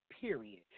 period